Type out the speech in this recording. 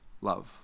Love